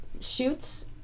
shoots